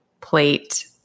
plate